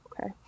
Okay